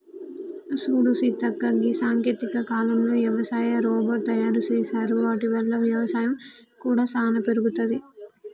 సూడు సీతక్క గీ సాంకేతిక కాలంలో యవసాయ రోబోట్ తయారు సేసారు వాటి వల్ల వ్యవసాయం కూడా సానా పెరుగుతది